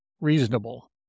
reasonable